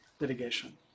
litigation